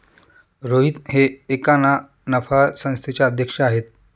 रोहित हे एका ना नफा संस्थेचे अध्यक्ष आहेत